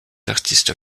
artistes